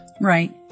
Right